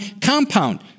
compound